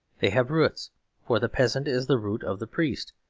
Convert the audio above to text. they have roots for the peasant is the root of the priest,